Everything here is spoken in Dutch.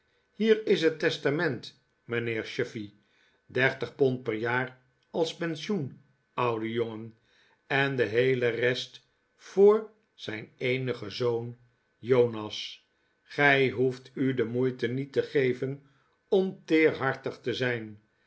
hier is het testament mijnheer chuffey dertig pond per jaar als pensioen oude jongen en de heele rest voor zijn eenigen zoon jonas gij hoeft u de moeite niet te geven om teerhartig te zijn